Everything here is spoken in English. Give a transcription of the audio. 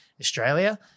Australia